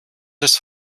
des